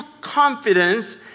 confidence